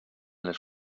les